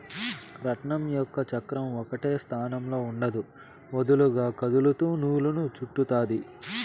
రాట్నం యొక్క చక్రం ఒకటే స్థానంలో ఉండదు, వదులుగా కదులుతూ నూలును చుట్టుతాది